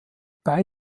bei